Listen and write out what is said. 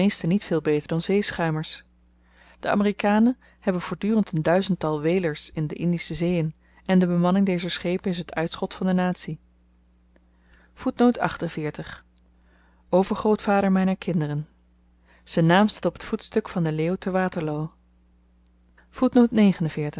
niet veel beter dan zeeschuimers de amerikanen hebben voortdurend n duizendtal whalers in de indische zeeën en de bemanning dezer schepen is t uitschot van de natie overgrootvader myner kinderen z'n naam staat op t voetstuk van den leeuw te waterloo